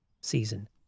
season